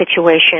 situation